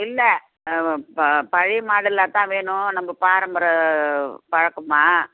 இல்லை பழைய மாடலில் தான் வேணும் நம்ப பாரம்பர பழக்கமாக